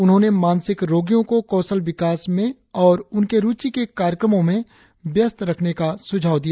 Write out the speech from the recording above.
उन्होंने मानसिक रोगियों को कौशल विकास में और उनके रुचि के कार्यक्रमों में व्यस्त रखने का सुझाव दिया